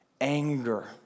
Anger